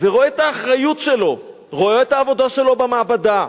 ורואה את האחריות שלו, רואה את העבודה שלו במעבדה,